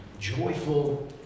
joyful